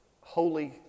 holy